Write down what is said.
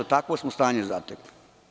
Takvo smo stanje zatekli.